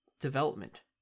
development